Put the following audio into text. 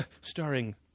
Starring